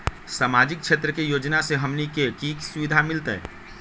सामाजिक क्षेत्र के योजना से हमनी के की सुविधा मिलतै?